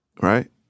right